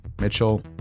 Mitchell